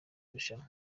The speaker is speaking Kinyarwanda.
irushanwa